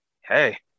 hey